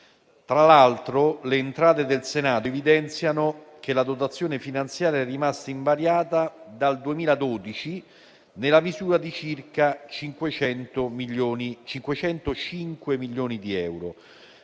Tra l'altro, le entrate del Senato evidenziano che la dotazione finanziaria è rimasta invariata dal 2012, nella misura di circa 505 milioni di euro.